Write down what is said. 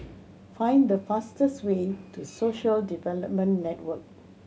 find the fastest way to Social Development Network